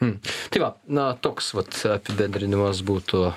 tai va na toks vat apibendrinimas būtų